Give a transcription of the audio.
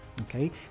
okay